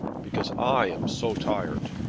because i am so tired.